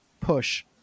push